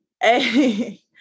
hey